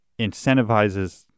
incentivizes